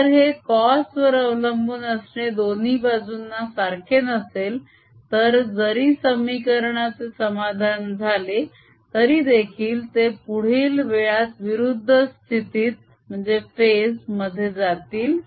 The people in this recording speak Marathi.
जर हे cos वर अवलंबून असणे दोन्ही बाजूंना सारखे नसेल तर जरी समीकरणाचे समाधान झाले तरी देखील ते पुढील वेळात विरुद्ध स्थितीत मध्ये जाईल